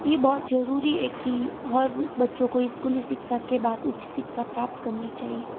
ये बहुत ज़रूरी है कि हर बच्चों को इस्कूली शिक्षा के बाद उच्च शिक्षा प्राप्त करनी चाहिए